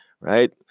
Right